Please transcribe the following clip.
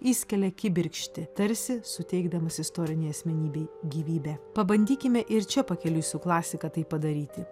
įskelia kibirkštį tarsi suteikdamas istorinei asmenybei gyvybę pabandykime ir čia pakeliui su klasika tai padaryti